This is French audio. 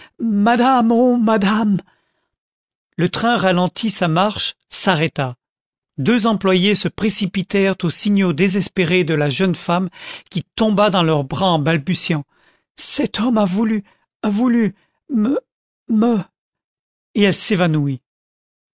madame oh madame le train ralentit sa marche s'arrêta deux employés se précipitèrent aux signaux désespérés de la jeune femme qui tomba dans leurs bras en balbutiant cet homme a voulu a voulu me me et elle s'évanouit